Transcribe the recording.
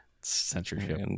censorship